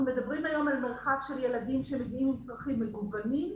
אנחנו מדברים היום על מרחב של ילדים עם צרכים מגוונים,